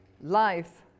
life